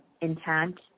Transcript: intent